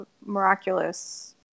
miraculous